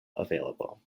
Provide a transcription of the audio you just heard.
available